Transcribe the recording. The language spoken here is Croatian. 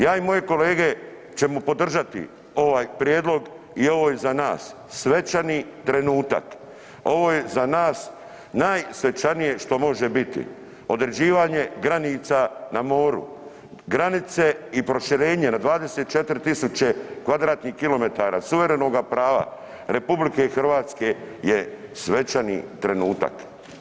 Ja i moje kolege ćemo podržati ovaj prijedlog i ovo je za nas svečani trenutak, ovo je za nas najsvečanije što može biti, određivanje granica na moru, granice i proširenje na 24.000 km2 suverenoga prava RH je svečani trenutak.